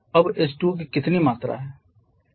अब H2O की मात्रा कितनी है